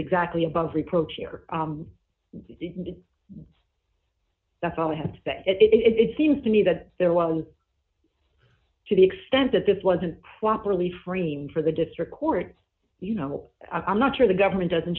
exactly above reproach either that's all i have to say it seems to me that there was to the extent that this wasn't properly framed for the district courts you know i'm not sure the government doesn't